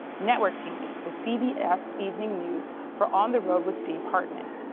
network tv the cbs evening news for on the road with steve hartman.